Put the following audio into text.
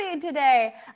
today